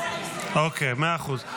אוקיי, מאה אחוז.